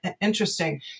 interesting